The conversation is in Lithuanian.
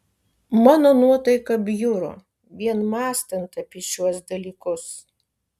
mano nuotaika bjuro vien mąstant apie šiuos dalykus